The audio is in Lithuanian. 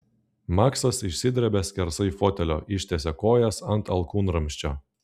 maksas išsidrebia skersai fotelio ištiesia kojas ant alkūnramsčio